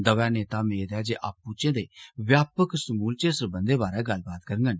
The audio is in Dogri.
दवै नेता मेद ऐ जे आपूचें दे व्यापक समूलचे सरबंधैं बारे गल्लबात करगंन